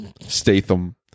Statham